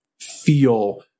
feel